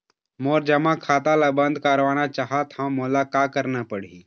मोर जमा खाता ला बंद करवाना चाहत हव मोला का करना पड़ही?